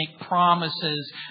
promises